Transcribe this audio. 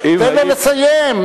תן לו לסיים.